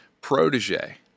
protege